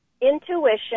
Intuition